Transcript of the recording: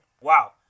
Wow